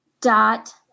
dot